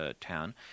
town